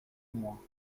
moins